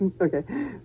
okay